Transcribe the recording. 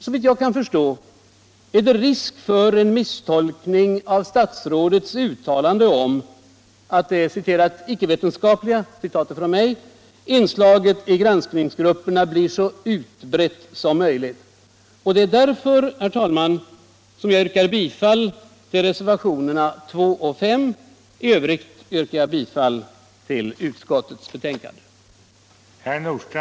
Såvitt jag kan förstå är det risk för misstolkning av statsrådets uttalande om att det icke-vetenskapliga inslaget i granskningsgrupperna blir så utbrett som möjligt. Jag yrkar därför bifall till reservationerna 2 och 5 och i övrigt till ut Nr 134